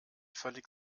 völlig